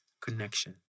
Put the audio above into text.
connection